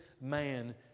man